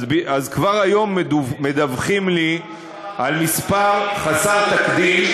כבר היום מדווחים לי על מספר חסר תקדים,